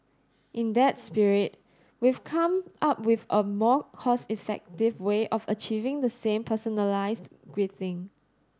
in that spirit we've come up with a more cost effective way of achieving the same personalised greeting